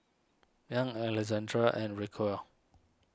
Young Alexandrea and Rocio